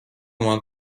مان